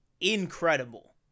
incredible